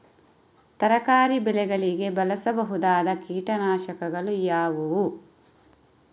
ತರಕಾರಿ ಬೆಳೆಗಳಿಗೆ ಬಳಸಬಹುದಾದ ಕೀಟನಾಶಕಗಳು ಯಾವುವು?